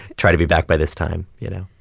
try to be back by this time, you know?